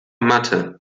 matte